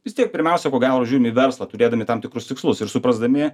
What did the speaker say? vis tiek pirmiausia ko gero žiūrim į verslą turėdami tam tikrus tikslus ir suprasdami